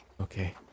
Okay